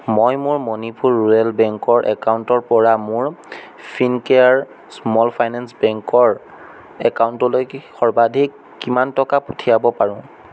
মই মোৰ মণিপুৰ ৰুৰেল বেংকৰ একাউণ্টৰ পৰা মোৰ ফিনকেয়াৰ স্মল ফাইনেন্স বেংকৰ একাউণ্টলৈকে সৰ্বাধিক কিমান টকা পঠিয়াব পাৰো